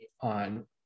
on